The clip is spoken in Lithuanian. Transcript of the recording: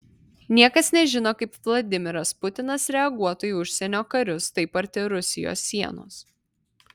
niekas nežino kaip vladimiras putinas reaguotų į užsienio karius taip arti rusijos sienos